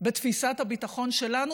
בתפיסת הביטחון שלנו,